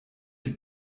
die